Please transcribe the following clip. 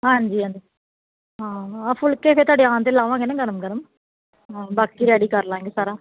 ਹਾਂਜੀ ਹਾਂਜੀ ਹਾਂ ਫੁਲਕੇ ਤਾਂ ਤੁਹਾਡੇ ਆਉਣ 'ਤੇ ਲਾਵਾਂਗੇ ਨਾ ਗਰਮ ਗਰਮ ਹਾਂ ਬਾਕੀ ਰੈਡੀ ਕਰ ਲਵਾਂਗੇ ਸਾਰਾ